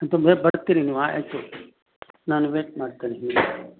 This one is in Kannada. ಬರ್ತೀರಿ ನೀವು ಆಯಿತು ನಾನು ವೇಟ್ ಮಾಡ್ತೇನೆ ಇಲ್ಲೇ